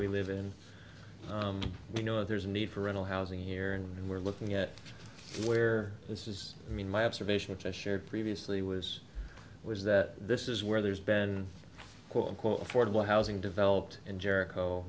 we live in you know there's a need for rental housing here and we're looking at where this is i mean my observation which i shared previously was was that this is where there's been quote unquote affordable housing developed in jericho